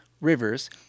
rivers